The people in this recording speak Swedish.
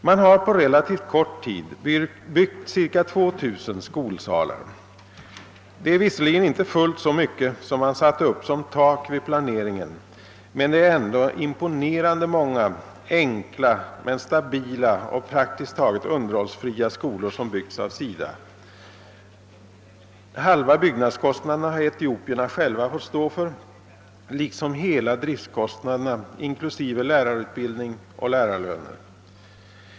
Man har på relativt kort tid byggt ca 2 000 skolsalar. Det är visserligen inte fullt så mycket som man satte upp som tak vid planeringen, men det är ändå imponerande många enkla men stabila och praktiskt taget underhållsfria skolor som byggts av SIDA. Halva byggnadskostnaderna har etiopierna själva fått stå för liksom hela driftkostnaderna inklusive lärarutbildning och lärarlöner.